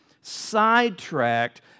sidetracked